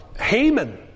Haman